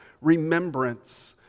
remembrance